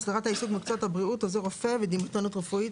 (הסדרת העיסוק במקצועות הבריאות עוזר רופא ודימותנות רפואית)